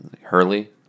Hurley